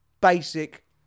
basic